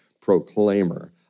proclaimer